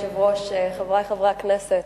אדוני היושב-ראש, חברי חברי הכנסת,